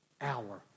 hour